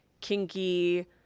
kinky